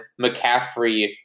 McCaffrey